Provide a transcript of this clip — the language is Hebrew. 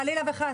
חלילה וחס.